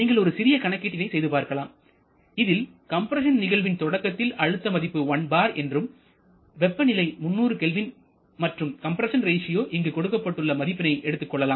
நீங்கள் ஒரு சிறிய கணக்கீட்டினை செய்து பார்க்கலாம் இதில் கம்ப்ரஸன் நிகழ்வின் தொடக்கத்தில் அழுத்த மதிப்பு 1 bar என்றும் வெப்பநிலை 300 k மற்றும் கம்ப்ரஸன் ரேசியோ இங்கு கொடுக்கப்பட்டுள்ள மதிப்பினை எடுத்துக் கொள்ளலாம்